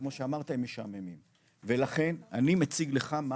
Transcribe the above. כמו שאמרת הם משעממים ולכן אני מציג לך מה